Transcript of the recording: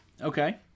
Okay